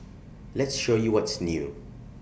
let's show you what's new